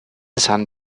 san